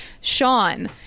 Sean